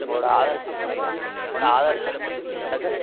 உங்களோட ஆதார் உங்களோட ஆதார் கா என்ன சார்